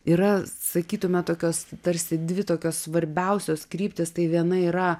yra sakytume tokios tarsi dvi tokios svarbiausios kryptys tai viena yra